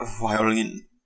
violin